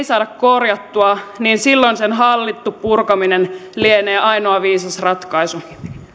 saada korjattua niin silloin sen hallittu purkaminen lienee ainoa viisas ratkaisu